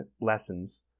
lessons